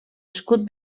escut